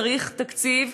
צריך תקציב